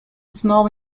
small